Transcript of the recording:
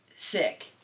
sick